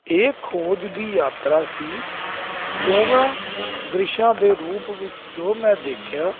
ਇਹ ਖੋਜ ਦੀ ਯਾਤਰਾ ਸੀ ਦੋਵਾਂ ਦ੍ਰਿਸ਼ਾਂ ਦੇ ਰੂਪ ਵਿੱਚ ਜੋ ਮੈਂ ਦੇਖਿਆ